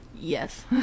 yes